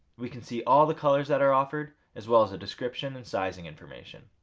we can see all the colours that are offered, as well as a description and sizing information.